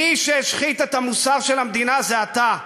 מי שהשחית את המוסר של המדינה זה אתה,